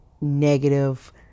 negative